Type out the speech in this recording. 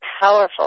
powerful